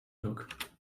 look